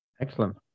excellent